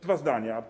Dwa zdania.